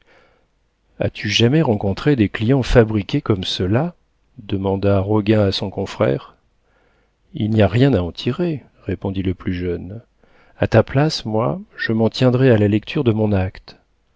as-tu jamais rencontré des clients fabriqués comme ceux-là demanda roguin à son confrère il n'y a rien à en tirer répondit le plus jeune a ta place moi je m'en tiendrais à la lecture de mon acte